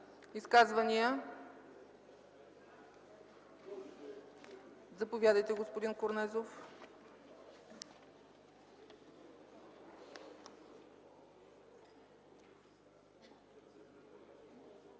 Изказвания? Заповядайте, господин Стоилов.